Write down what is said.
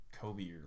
Kobe